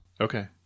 okay